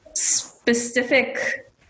Specific